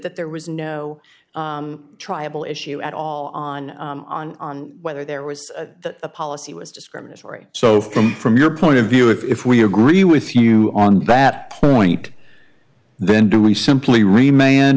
that there was no triable issue at all on on on whether there was a policy was discriminatory so from from your point of view if we agree with you on that point then do we simply remain